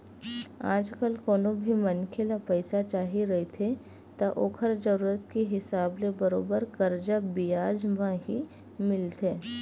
आजकल कोनो भी मनखे ल पइसा चाही रहिथे त ओखर जरुरत के हिसाब ले बरोबर करजा बियाज म ही मिलथे